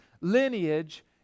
lineage